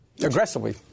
Aggressively